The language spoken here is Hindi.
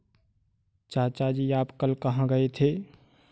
चाचा जी आप कल कहां गए थे?